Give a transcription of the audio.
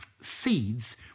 seeds